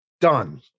done